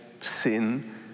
sin